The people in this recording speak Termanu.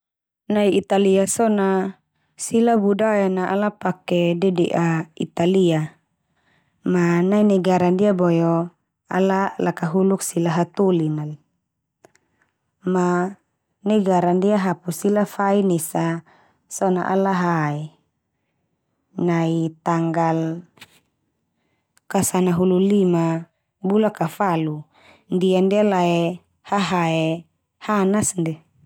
Nai Italia so na sila budaya na ala pake dede'a Italia. Ma nai negara ndia boe o ala lakahuluk sila hatolin nal. Ma negara ndia hapu sila fain esa so na ala hae. Nai tangal kasanahulu lima bula ka falu. Ndia-ndia lae hahae hanas ndia.